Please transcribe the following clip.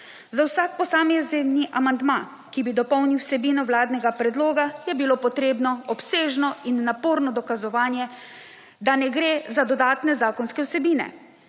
za vsak posamezni amandma, ki bi dopolnil vsebino vladnega predloga je bilo potrebno obsežno in naporno dokazovanje, da ne gre za dodatne zakonske vsebine.